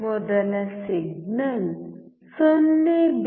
ಮೊದಲ ಸಿಗ್ನಲ್ 0